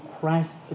Christ